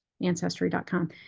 ancestry.com